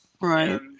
right